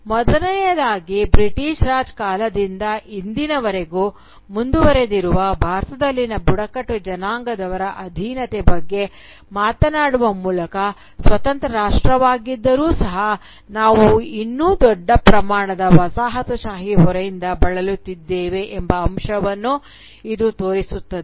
ಮೊದಲನೆಯದಾಗಿ ಬ್ರಿಟಿಷ್ ರಾಜ್ ಕಾಲದಿಂದ ಇಂದಿನವರೆಗೂ ಮುಂದುವರೆದಿರುವ ಭಾರತದಲ್ಲಿನ ಬುಡಕಟ್ಟು ಜನಾಂಗದವರ ಅಧೀನತೆ ಬಗ್ಗೆ ಮಾತನಾಡುವ ಮೂಲಕ ಸ್ವತಂತ್ರ ರಾಷ್ಟ್ರವಾಗಿದ್ದರೂ ಸಹ ನಾವು ಇನ್ನೂ ದೊಡ್ಡ ಪ್ರಮಾಣದ ವಸಾಹತುಶಾಹಿ ಹೊರೆಯಿಂದ ಬಳಲುತ್ತಿದ್ದೇವೆ ಎಂಬ ಅಂಶವನ್ನು ಇದು ತೋರಿಸುತ್ತದೆ